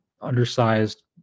undersized